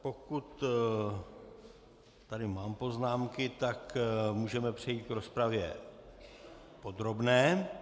Pokud tu mám poznámky, tak můžeme přejít k rozpravě podrobné.